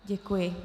Děkuji.